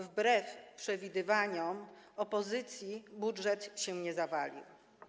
Wbrew przewidywaniom opozycji budżet się nie zawalił.